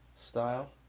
style